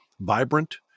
vibrant